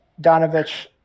Donovich